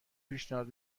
پیشنهاد